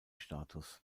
status